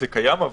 זה קיים.